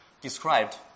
described